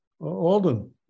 Alden